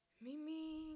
Mimi